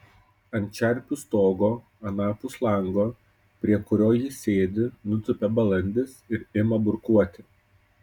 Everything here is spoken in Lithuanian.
ant čerpių stogo anapus lango prie kurio ji sėdi nutūpia balandis ir ima burkuoti